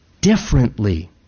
differently